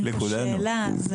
אין לגבי זה שאלה.